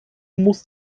muss